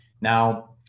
Now